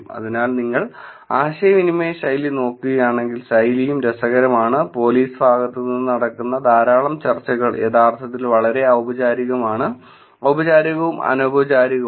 അതിനാൽ നിങ്ങൾ ആശയവിനിമയ ശൈലി നോക്കുകയാണെങ്കിൽ ശൈലിയും രസകരമാണ് റഫർ സമയം 0937 പോലീസ് ഭാഗത്ത് നിന്ന് നടക്കുന്ന ധാരാളം ചർച്ചകൾ യഥാർത്ഥത്തിൽ വളരെ ഔപചാരികമാണ് ഔപചാരികവും അനൌപചാരികവും